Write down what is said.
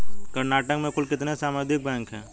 कर्नाटक में कुल कितने सामुदायिक बैंक है